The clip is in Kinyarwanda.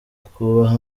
twubaha